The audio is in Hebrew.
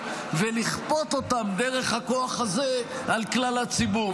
ולכפות אותן דרך הכוח הזה על כלל הציבור.